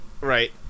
Right